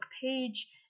page